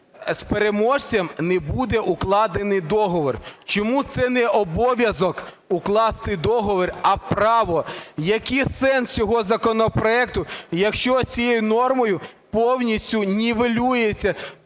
з переможцем не буде укладений договір? Чому це не обов'язок – укласти договір, а право? Який сенс цього законопроекту, якщо цією нормою повністю нівелюється